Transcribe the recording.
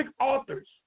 authors